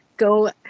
go